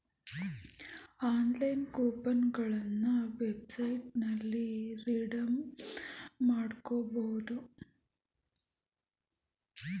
online coupon ಗಳನ್ನ ವೆಬ್ಸೈಟ್ನಲ್ಲಿ redeem ಮಾಡ್ಕೋಬಹುದು